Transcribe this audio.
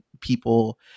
people